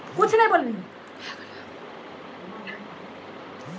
तोंय net banking रो मदद से अपनो पैसा केकरो भी भेजै पारै छहो